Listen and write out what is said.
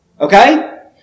Okay